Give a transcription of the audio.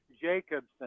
Jacobson